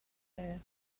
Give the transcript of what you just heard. there